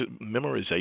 Memorization